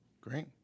Great